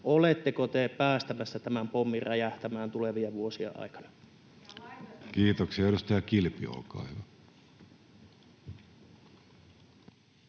oletteko te päästämässä tämän pommin räjähtämään tulevien vuosien aikana? Kiitoksia. — Edustaja Kilpi, olkaa hyvä.